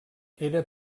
era